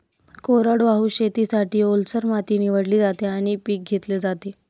कोरडवाहू शेतीसाठी, ओलसर माती निवडली जाते आणि पीक घेतले जाते